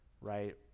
right